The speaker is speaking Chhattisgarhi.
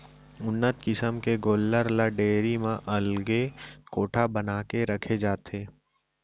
उन्नत किसम के गोल्लर ल डेयरी म अलगे कोठा बना के रखे जाथे